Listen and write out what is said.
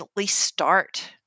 start